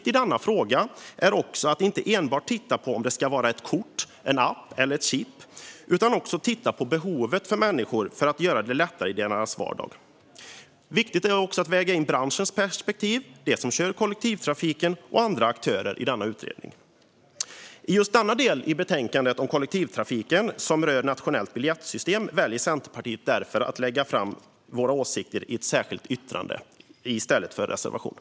I denna fråga är det också viktigt att inte enbart titta på om det ska vara ett kort, en app eller ett chipp utan också titta på människors behov för att göra det lättare i deras vardag. Det är också viktigt att väga in branschens perspektiv - de som kör kollektivtrafiken och andra aktörer - i denna utredning. I just denna del i betänkandet om kollektivtrafiken som rör ett nationellt biljettsystem väljer vi i Centerpartiet att lägga fram våra åsikter i ett särskilt yttrande i stället för i reservationer.